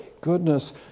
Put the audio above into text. goodness